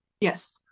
Yes